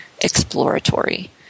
exploratory